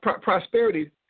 Prosperity